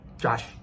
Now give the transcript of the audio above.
josh